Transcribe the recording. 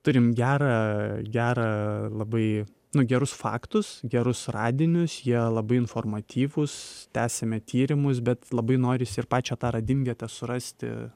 turim gerą gerą labai gerus faktus gerus radinius jie labai informatyvūs tęsiame tyrimus bet labai norisi ir pačią tą radimvietę surasti